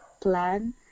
plan